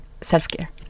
self-care